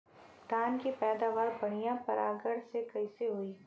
धान की पैदावार बढ़िया परागण से कईसे होई?